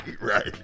right